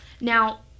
Now